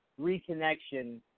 reconnection